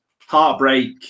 Heartbreak